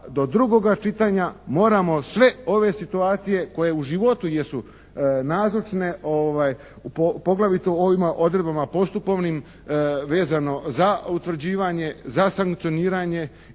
do drugoga čitanja moramo sve ove situacije koje u životu jesu nazočne poglavito u ovim odredbama postupovnim vezano za ustvrđivanje, za sankcioniranje